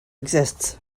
exists